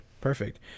Perfect